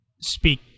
speak